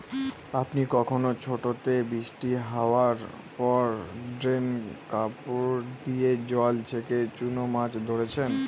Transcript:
আপনি কখনও ছোটোতে বৃষ্টি হাওয়ার পর ড্রেনে কাপড় দিয়ে জল ছেঁকে চুনো মাছ ধরেছেন?